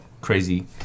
crazy